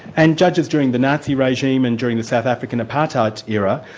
and judges during the nazi regime, and during the south african apartheid era,